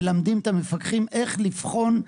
מלמדים את המפקחים איך לבחון,